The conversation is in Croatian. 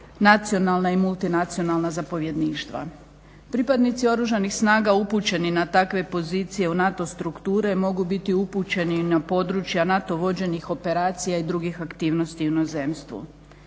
nacionalna i multinacionalna zapovjedništva. Pripadnici Oružanih snaga upućeni na takve pozicije u NATO strukture mogu biti upućeni i na područja NATO vođenih operacija i drugih aktivnosti u inozemstvu.